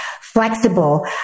flexible